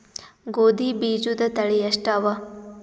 ಗೋಧಿ ಬೀಜುದ ತಳಿ ಎಷ್ಟವ?